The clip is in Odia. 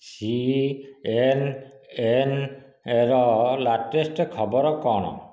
ସିଏନ୍ଏନ୍ ର ଲାଟେଷ୍ଟ ଖବର କ'ଣ